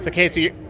ah casey,